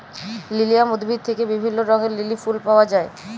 lilium উদ্ভিদ থেক্যে বিভিল্য রঙের লিলি ফুল পায়া যায়